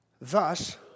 Thus